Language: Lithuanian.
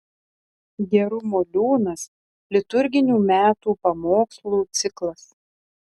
gerumo liūnas liturginių metų pamokslų ciklas